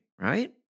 Right